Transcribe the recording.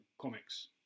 comics